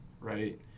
right